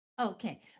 Okay